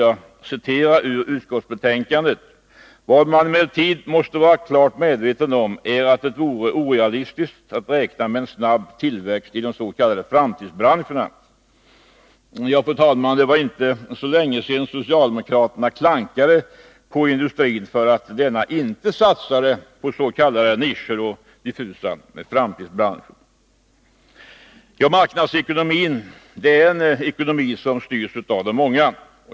Jag citerar ur näringsutskottets betänkande nr 34: ”Man måste emellertid vara klart medveten om att det vore orealistiskt att räkna med en så snabb tillväxt i ”framtidsbranscherna'-— —.” Det var inte länge sedan socialdemokraterna klankade på industrin för att denna inte satsade på s.k. nischer och diffusa framtidsbranscher. Marknadsekonomin är en ekonomi som styrs av de många.